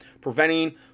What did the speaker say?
preventing